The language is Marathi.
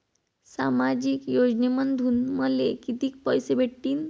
सामाजिक योजनेमंधून मले कितीक पैसे भेटतीनं?